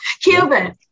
Cuban